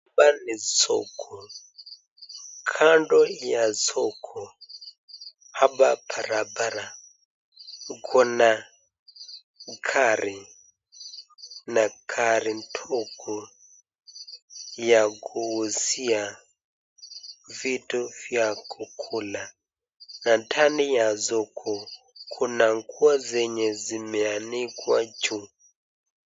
Hapa ni soko. Kando ya soko, hapa barabara, kuko na gari, na gari ndogo ya kuuuzia vitu vya kukula na ndani ya soko, kuna nguo zenye zimeanikwa juu.